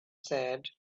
said